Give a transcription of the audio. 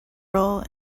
role